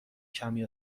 کمی